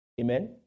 Amen